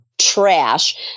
trash